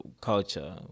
culture